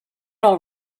all